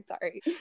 Sorry